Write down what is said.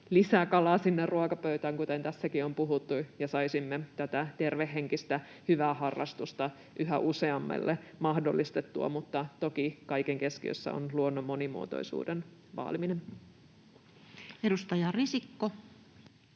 lisää kalaa ruokapöytään, kuten tässäkin on puhuttu, ja saisimme mahdollistettua tätä tervehenkistä hyvää harrastusta yhä useammille. Mutta toki kaiken keskiössä on luonnon monimuotoisuuden vaaliminen. [Speech 153]